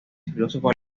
filósofo